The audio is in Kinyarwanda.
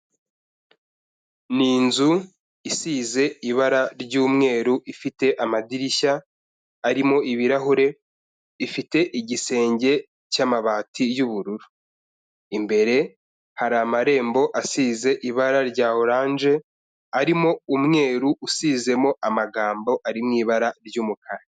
Ni inzu isize ibara ry'umweru ifite amadirishya arimo ibirahure, ifite igisenge cy'amabati y'ubururu. Imbere hari amarembo asize ibara rya oranje, arimo umweru usizemo amagambo ari mu ibara ry'umukara.